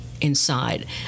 inside